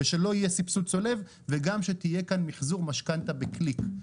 ושלא יהיה סבסוד צולב וגם שיהיה מחזור משכנתא בקליק.